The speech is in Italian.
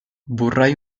vorrei